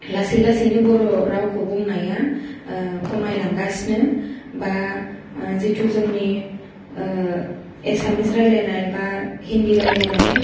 लासै लासैनो बर' रावखौ बुंनाया खमाय लांगासिनो बा जेतु जोंनि एसामिस रायलायनाय बा हिन्दि रायलायनाय